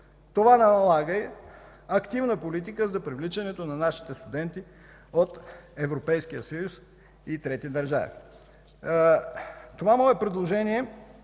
Това налага активна политика за привличането на нашите студенти от Европейския съюз и трети държави. Това мое предложение